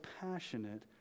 passionate